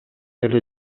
эле